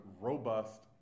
robust